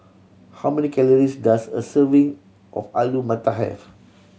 how many calories does a serving of Alu Matar have